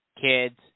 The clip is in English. Kids